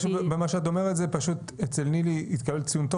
מה שאת אומרת זה פשוט שאצל נילי התקבל ציון טוב